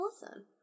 listen